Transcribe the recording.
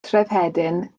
trefhedyn